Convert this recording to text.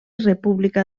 república